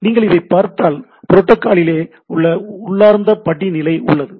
நீங்கள் இதைப் பார்த்தால் புரோட்டோகாலிலேயே ஒரு உள்ளார்ந்த படிநிலை உள்ளது